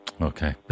Okay